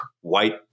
white